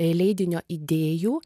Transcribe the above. leidinio idėjų